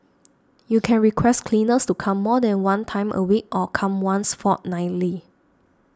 you can request cleaners to come more than one time a week or come once fortnightly